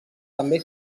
també